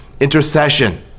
intercession